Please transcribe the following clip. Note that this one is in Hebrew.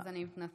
אז אני מתנצלת.